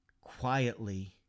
quietly